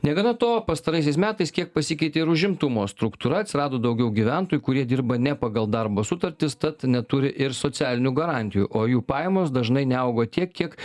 negana to pastaraisiais metais kiek pasikeitė ir užimtumo struktūra atsirado daugiau gyventojų kurie dirba ne pagal darbo sutartis tad neturi ir socialinių garantijų o jų pajamos dažnai neaugo tiek kiek